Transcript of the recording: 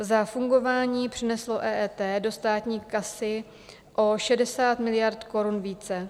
Za fungování přineslo EET do státní kasy o 60 miliard korun více.